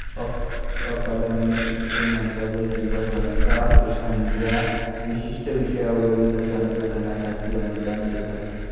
अकादमी, शिक्षण मंत्रालय किंवा संस्था एखाद्या विशिष्ट विषयावरील संशोधनासाठी अनुदान देतात